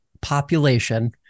population